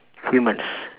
humans